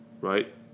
right